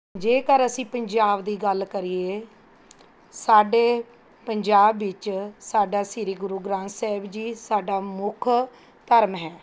ਜੇਕਰ ਅਸੀਂ ਪੰਜਾਬ ਦੀ ਗੱਲ ਕਰੀਏ ਸਾਡੇ ਪੰਜਾਬ ਵਿੱਚ ਸਾਡਾ ਸ੍ਰੀ ਗੁਰੂ ਗ੍ਰੰਥ ਸਾਹਿਬ ਜੀ ਸਾਡਾ ਮੁੱਖ ਧਰਮ ਹੈ